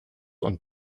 und